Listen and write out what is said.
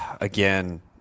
Again